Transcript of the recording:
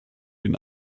den